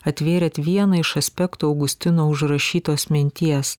atvėrėt vieną iš aspektų augustino užrašytos minties